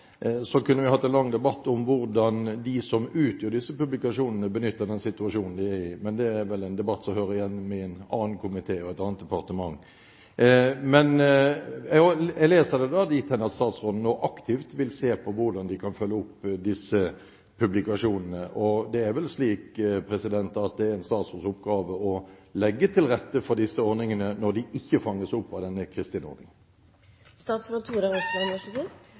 Så kunne vi hatt en lang debatt om hvordan de som utgir disse publikasjonene, benytter den situasjonen de er i, men det er vel en debatt som hører hjemme i en annen komité og i et annet departement. Jeg leser statsråden dit hen at hun nå aktivt vil se på hvordan man kan følge opp disse publikasjonene, og det er vel en statsråds oppgave å legge til rette for disse ordningene når de ikke fanges opp av